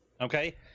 Okay